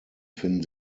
finden